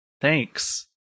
Thanks